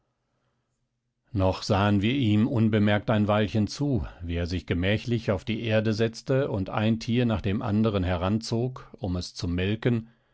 noch sahen wir ihm unbemerkt ein weilchen zu wie er sich gemächlich auf die erde setzte und ein tier nach dem andern heranzog um es zu melken